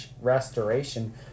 restoration